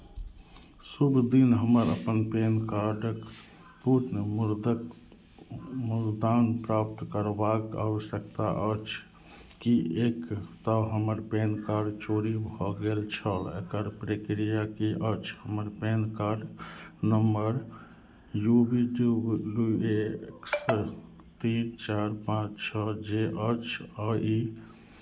शुभ दिन हमर अपन पैन कार्डक पुनर्मुद्रक मुद्रण प्राप्त करबाक आवश्यकता अछि किएक तऽ हमर पेन कार्ड चोरी भऽ गेल छल एकर प्रक्रिया की अछि हमर PAN card number U V W X तीन चारि पाँच छओ जे अछि आ ई